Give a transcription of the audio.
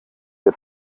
der